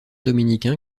dominicains